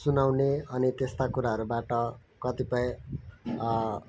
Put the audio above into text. सुनाउने अनि त्यस्ता कुराहरूबाट कतिपय